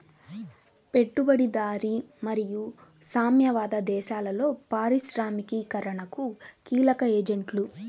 పెట్టుబడిదారీ మరియు సామ్యవాద దేశాలలో పారిశ్రామికీకరణకు కీలక ఏజెంట్లు